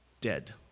Dead